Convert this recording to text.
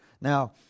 Now